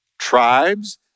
Tribes